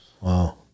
Wow